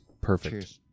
perfect